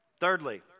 Thirdly